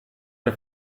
per